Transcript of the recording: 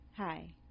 Hi